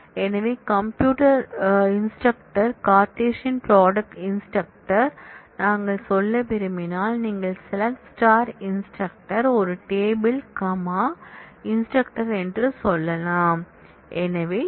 எனவே compute instructor Cartesian product instructor நாங்கள் சொல்ல விரும்பினால் நீங்கள் SELECT இன்ஸ்ட்ரக்டர் ஒரு டேபிள் கமா இன்ஸ்ட்ரக்டர் என்று சொல்லலாம்